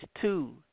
two